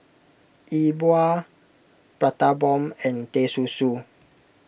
E Bua Prata Bomb and Teh Susu